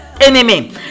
enemy